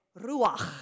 ruach